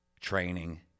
training